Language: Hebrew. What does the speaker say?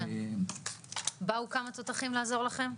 כן, באו כמה תותחים לעזור לכם?